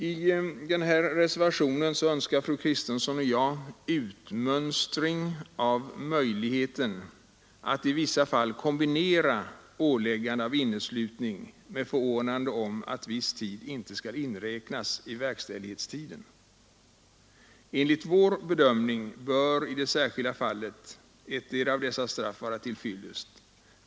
I reservationerna 13 och 16 önskar fru Kristensson och jag utmönstring av möjligheten att i vissa fall kombinera åläggande av inneslutning med förordnande om att viss tid inte skall inräknas i verkställighetstiden. Enligt vår bedömning bör i det särskilda fallet ettdera av dessa straff vara till fyllest.